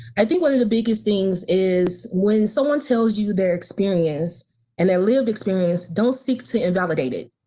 i think one of the biggest things is when someone tells you their experience and their lived experience don't seek to invalidate it.